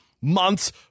months